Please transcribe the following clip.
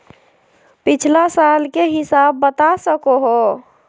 पिछला साल के हिसाब बता सको हो?